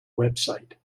website